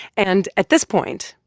and at this point,